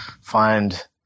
find